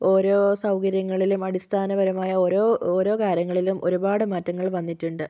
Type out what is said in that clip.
ഓരോ സൗകര്യങ്ങളിലും അടിസ്ഥാനപരമായ ഓരോ ഓരോ കാര്യങ്ങളിലും ഒരുപാട് മാറ്റങ്ങള് വന്നിട്ടുണ്ട്